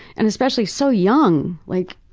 and especially so young. like,